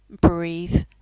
breathe